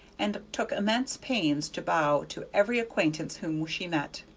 and took immense pains to bow to every acquaintance whom she met.